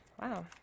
Wow